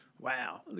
wow